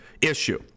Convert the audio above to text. issue